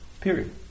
Period